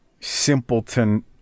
Simpleton